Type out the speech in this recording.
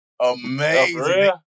Amazing